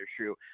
issue